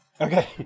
Okay